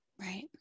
Right